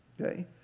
okay